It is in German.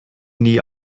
nie